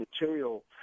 material